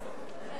כן.